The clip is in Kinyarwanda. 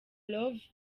love